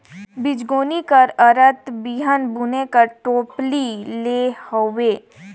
बीजगोनी कर अरथ बीहन बुने कर टोपली ले हवे